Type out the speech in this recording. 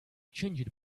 changed